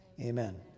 Amen